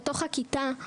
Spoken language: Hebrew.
בתוך הכיתה,